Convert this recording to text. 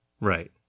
Right